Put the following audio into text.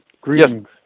Greetings